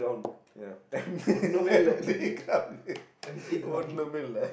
yeah